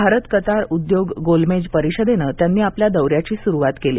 Bharat Qatar उद्योग गोलमेज परिषदेनं त्यांनी आपल्या दौऱ्याची सुरुवात केली